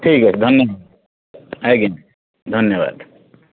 ଠିକ୍ ଅଛି ଧନ୍ୟବାଦ ଆଜ୍ଞା ଧନ୍ୟବାଦ